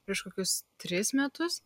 prieš kokius tris metus